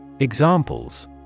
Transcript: Examples